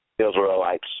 Israelites